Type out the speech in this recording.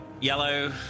yellow